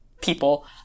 people